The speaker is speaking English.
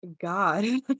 God